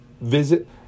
visit